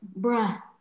Bruh